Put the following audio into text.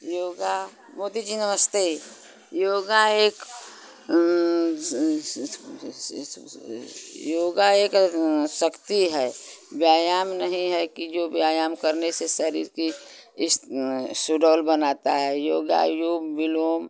योग मोदी जी नमस्ते योग एक योग एक शक्ति है व्यायाम नहीं है कि जो व्यायाम करने से शरीर की इस सुडौल बनाता है योग योग विलोम